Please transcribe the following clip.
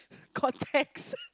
contacts